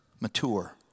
Mature